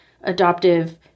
adoptive